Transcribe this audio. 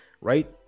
right